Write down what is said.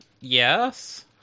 Yes